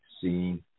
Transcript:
seen